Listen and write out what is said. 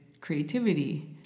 creativity